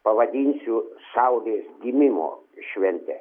pavadinsiu saulės gimimo švente